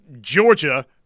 Georgia